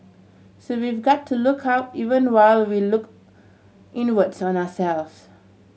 so we've got to look out even while we look inwards on ourselves